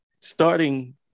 starting